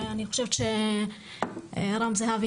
כדאי שרם יתייחס